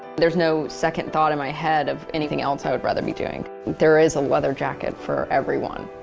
there's no second thought in my head of anything else i would rather be doing. there is a leather jacket for everyone.